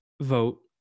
vote